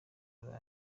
burayi